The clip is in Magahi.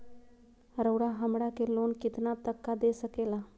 रउरा हमरा के लोन कितना तक का दे सकेला?